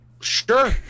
sure